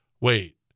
wait